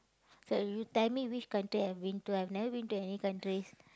so you tell me which country I've been to I've never been to any countries